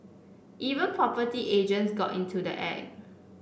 even property agents got into the act